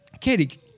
Katie